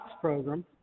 program